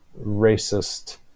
racist